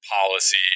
policy